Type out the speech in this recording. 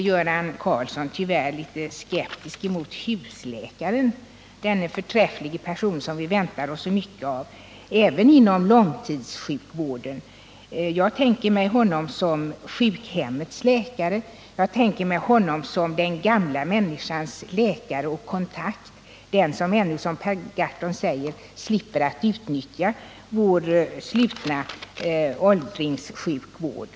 Göran Karlsson är tyvärr skeptisk mot husläkaren — denna förträffliga person som vi väntar oss så mycket av även inom långtidssjukvården. Jag tänker mig honom som sjukhemmets läkare, och jag tänker mig honom som läkare för de gamla människor som slipper — såsom Per Gahrton uttrycker det — att utnyttja vår slutna åldringssjukvård.